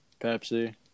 Pepsi